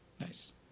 Nice